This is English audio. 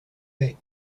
hey